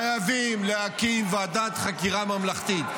חייבים להקים ועדת חקירה ממלכתית.